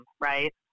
right